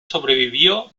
sobrevivió